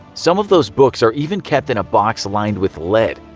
some of those books are even kept in a box lined with lead.